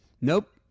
Nope